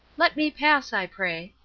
let me pass, i pray.